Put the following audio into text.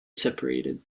separated